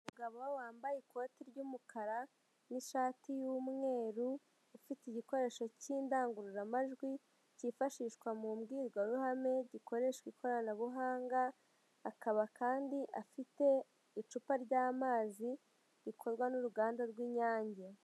Umugabo wambaye ikoti ry'umukara n'ishati y'umweru ufite igikoresho cy'indangururamajwi kifashishwa mu mbwirwaruhame gikoresha ikoranabuhanga, akaba kandi afite icupa ry'amazi rikorwa n'uruganda rw'inyange.